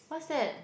what's that